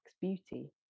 beauty